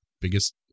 biggest